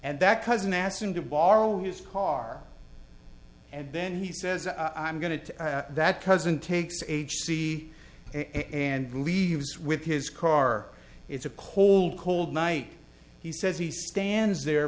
and that cousin asked him to borrow his car and then he says i'm going to that cousin takes age see and leaves with his car it's a cold cold night he says he stands there